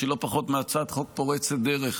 היא לא פחות מהצעת חוק פורצת דרך,